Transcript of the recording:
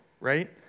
Right